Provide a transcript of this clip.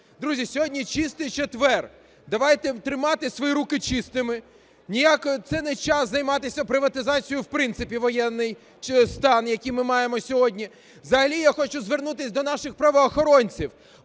Друзі, сьогодні Чистий четвер, давайте тримати свої руки чистими. Це не час займатися приватизацією в принципі в воєнний стан, який ми маємо сьогодні. Взагалі я хочу звернутись до наших правоохоронців.